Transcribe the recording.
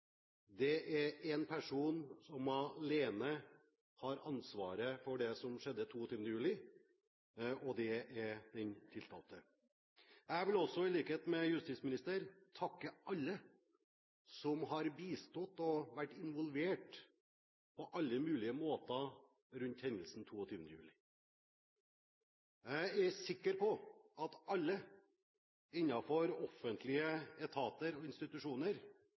Det er én person som alene har ansvaret for det som skjedde 22. juli, og det er den tiltalte. Jeg vil også, i likhet med justisministeren, takke alle som har bistått og vært involvert på alle mulige måter rundt hendelsen 22. juli. Jeg er sikker på at alle innenfor offentlige etater og institusjoner,